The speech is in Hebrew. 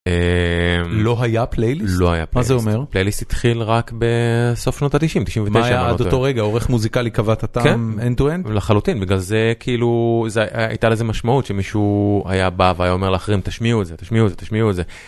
לא היה פלייליסט? לא היה פלייליסט. מה זה אומר? פלייליסט התחיל רק בסוף שנות התשעים, תשעים ותשע. מה היה עד אותו רגע, עורך מוזיקלי קבע את הטעם end-to-end? כן, לחלוטין, בגלל זה כאילו הייתה לזה משמעות שמישהו היה בא ואומר לאחרים תשמיעו את זה, תשמיעו את זה, תשמיעו את זה.